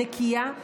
נקייה,